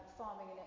farming